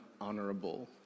honorable